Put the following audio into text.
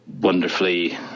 Wonderfully